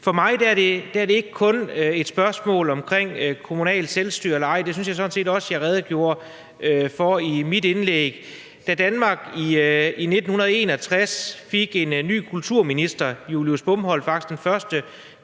For mig er det ikke kun et spørgsmål om kommunalt selvstyre eller ej – det synes jeg sådan set også jeg redegjorde for i mit indlæg. Danmark fik i 1961 en ny kulturminister, Julius Bomholt – faktisk den første